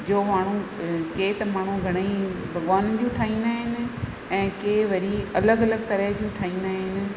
जो माण्हू टे त माण्हू घणेई भॻिवान जूं ठाहींदा आहिनि ऐं केरु वरी अलॻ अलॻ तरह जूं ठाहींदा आहिनि